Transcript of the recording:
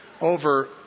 over